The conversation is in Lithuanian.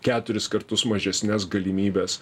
keturis kartus mažesnes galimybes